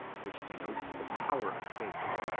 which denotes the power of faith,